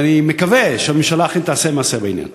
ואני מקווה שהממשלה אכן תעשה מעשה בעניין.